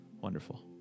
Wonderful